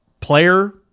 player